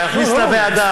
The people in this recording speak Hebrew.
להכניס לוועדה?